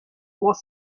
was